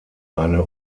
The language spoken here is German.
eine